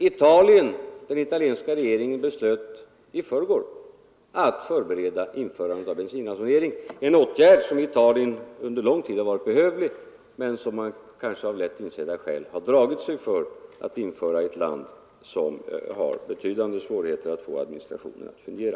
Och i Italien beslöt regeringen i förrgår att förbereda införande av bensinransonering — en åtgärd som i Italien under lång tid har varit behövlig men som man kanske av lätt insedda skäl har dragit sig för att vidta i ett land som har betydande svårigheter att få administrationen att fungera.